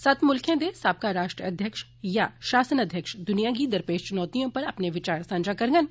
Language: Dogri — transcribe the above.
सत्त मुल्खें दे साबका राष्ट्रध्यक्ष जां शासनाध्यक्ष दुनिया गी दरपेश चुनौतियें उप्पर अपने विचार सांझा करड़न